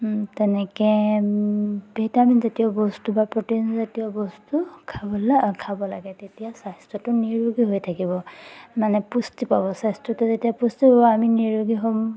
তেনেকৈ ভিটামিনজাতীয় বস্তু বা প্ৰ'টিনজাতীয় বস্তু খাবলৈ খাব লাগে তেতিয়া স্বাস্থ্যটো নিৰোগী হৈ থাকিব মানে পুষ্টি পাব স্বাস্থ্যটো যেতিয়া পুষ্টি পাব আমি নিৰোগী হ'ম